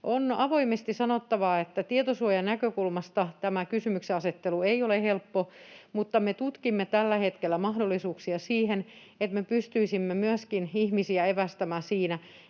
On avoimesti sanottava, että tietosuojanäkökulmasta tämä kysymyksenasettelu ei ole helppo, mutta me tutkimme tällä hetkellä mahdollisuuksia siihen, että me pystyisimme ihmisiä myöskin evästämään siinä,